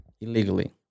Illegally